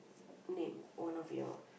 name one of your